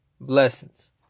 Blessings